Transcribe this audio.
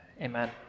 amen